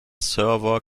server